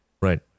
Right